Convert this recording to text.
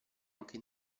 anche